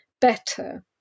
better